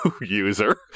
user